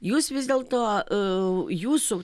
jūs vis dėlto a jūsų